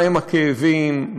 מהם הכאבים,